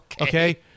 Okay